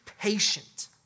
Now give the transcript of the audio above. patient